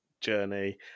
journey